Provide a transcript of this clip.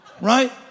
Right